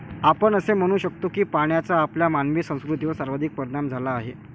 आपण असे म्हणू शकतो की पाण्याचा आपल्या मानवी संस्कृतीवर सर्वाधिक परिणाम झाला आहे